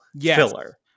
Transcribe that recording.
filler